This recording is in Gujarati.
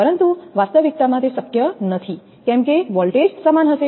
પરંતુ વાસ્તવિકતામાં તે શક્ય નથી કેમકે વોલ્ટેજ સમાન હશે